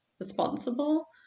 responsible